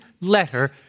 letter